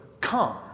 come